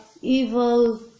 evil